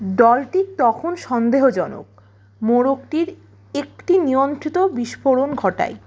ডলটি তখন সন্দেহজনক মোড়কটির একটি নিয়ন্ত্রিত বিস্ফোরণ ঘটাই